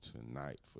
tonight